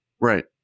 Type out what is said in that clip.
Right